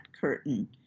curtain